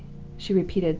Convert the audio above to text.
she repeated,